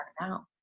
now